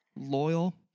loyal